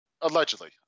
allegedly